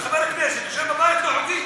גם סמוטריץ, חבר הכנסת, יושב בבית לא חוקי.